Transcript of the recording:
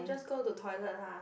just go to toilet lah